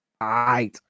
right